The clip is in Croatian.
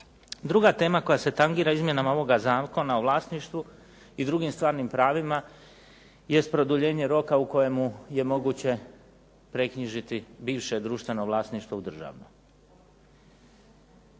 Druga tema koja se tangira izmjenama ovoga Zakona o vlasništvu, i drugim stvarnim pravima jest produljenje roka u kojemu je moguće preknjižiti bivše društveno vlasništvo u državno.